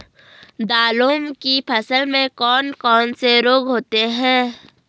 दालों की फसल में कौन कौन से रोग होते हैं?